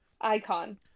Icon